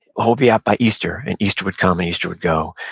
we'll be out by easter, and easter would come and easter would go.